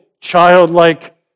childlike